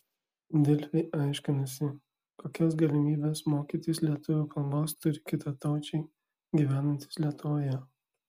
delfi aiškinosi kokias galimybes mokytis lietuvių kalbos turi kitataučiai gyvenantys lietuvoje